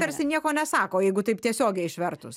tarsi nieko nesako jeigu taip tiesiogiai išvertus